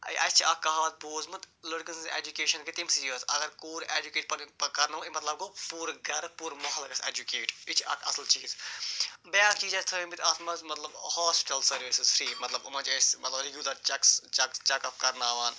اَسہِ چھِ اَکھ کہاوَت بوٗزمُت لڑکہٕ سٕنٛز اٮ۪جُکیشَن گٔے تٔمۍسی یٲژ اَگر کوٗر اٮ۪جُکیٹ کَرنٲو اَمیُک مطلب گوٚو پوٗرٕ گَرٕ پوٗرٕ محلہٕ گژھِ اٮ۪جُکیٹ یہِ چھِ اَکھ اَصٕل چیٖز بیٛاکھ چیٖز چھِ تھٲیمٕتۍ اَتھ منٛز مطلب ہاسٹَل سٔروِسٕس فرٛی مطلب یِمَن چھِ اَسہِ مطلب رِگیوٗلَر چَکٕس چَک چَک اَپ کَرناوان